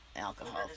Alcohol